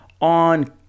on